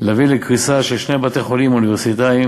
לקריסה של שני בתי-חולים אוניברסיטאיים